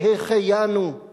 שהחיינו!/